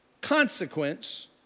consequence